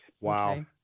Wow